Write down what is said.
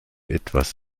etwas